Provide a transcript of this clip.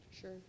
sure